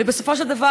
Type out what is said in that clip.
ובסופו של דבר,